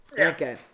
Okay